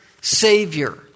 savior